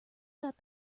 got